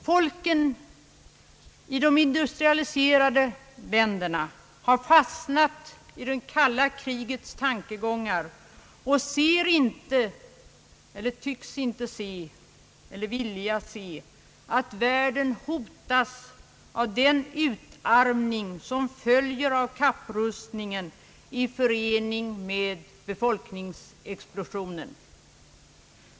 Folken i de industrialiserade länderna har fastnat i det kalla krigets tankegångar och tycks inte se — eller vill inte se — att världen hotas av den utarmning som följer av kapprustningen i förening med befolkningsexplosionen.